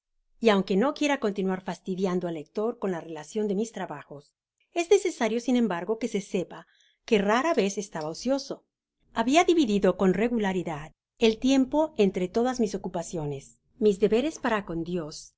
y aunque no quiera continuar fastidiando al lector con la relacion de mis trabajos es necesario sin embargo que se sepa que rara vez estaba ocioso babia dividido con regularidad el tiempo entre todas mis ocupaciones mis deberes para con dios